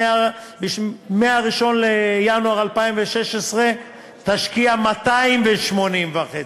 מ-1 בינואר 2016 תשקיע 280.5,